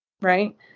right